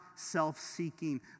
Self-seeking